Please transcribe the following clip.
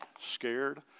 scared